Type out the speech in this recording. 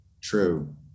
True